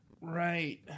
Right